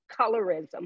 colorism